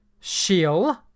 shield